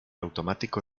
automático